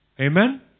Amen